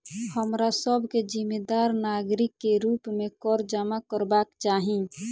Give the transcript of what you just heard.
हमरा सभ के जिम्मेदार नागरिक के रूप में कर जमा करबाक चाही